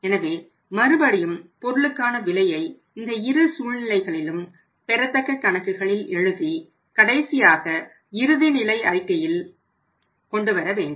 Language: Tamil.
எனவே மறுபடியும் பொருளுக்கான விலையை இந்த இரு சூழ்நிலைகளிலும் பெறத்தக்க கணக்குகளில் எழுதி கடைசியாக இறுதி நிலை அறிக்கையில் கொண்டுவரவேண்டும்